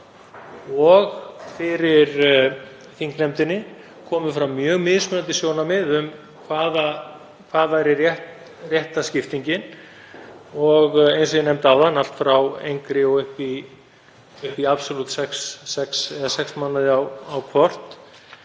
og fyrir þingnefndinni, komu fram mjög mismunandi sjónarmið um hvað væri rétta skiptingin, eins og ég nefndi áðan, allt frá engri og upp í absolút sex mánuði á hvort.